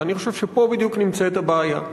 ואני חושב שפה בדיוק נמצאת הבעיה.